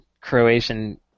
Croatian